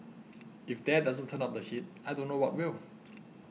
if that doesn't turn up the heat I don't know what will